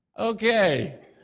Okay